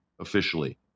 officially